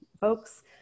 folks